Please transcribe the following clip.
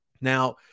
Now